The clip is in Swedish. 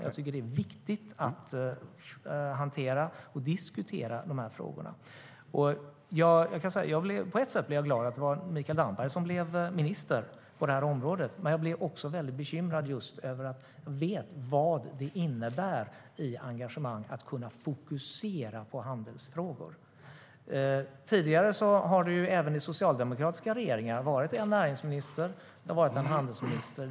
Jag tycker att det är viktigt att hantera och diskutera de här frågorna. På ett sätt blev jag glad över att Mikael Damberg blev minister på det här området, men jag blev också bekymrad, för jag vet vad det innebär i form av engagemang att kunna fokusera på handelsfrågor. Tidigare har det även i socialdemokratiska regeringar varit en näringsminister och en handelsminister.